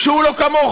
שהוא לא כמוך,